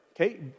okay